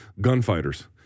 Gunfighters